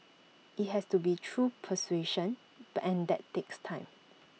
IT has to be through persuasion and that takes time